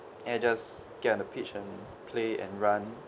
and I just get on the pitch and play and run